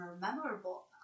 memorable